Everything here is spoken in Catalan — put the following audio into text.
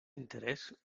interès